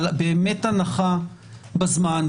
הנחה בזמן,